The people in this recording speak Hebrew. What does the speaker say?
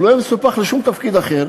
הוא לא יהיה מסופח לשום תפקיד אחר,